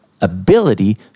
ability